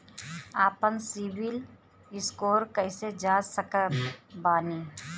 आपन सीबील स्कोर कैसे जांच सकत बानी?